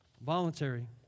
voluntary